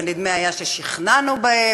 ונדמה היה ששכנענו בהם.